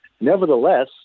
Nevertheless